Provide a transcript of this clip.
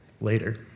later